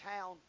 town